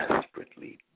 desperately